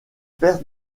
perte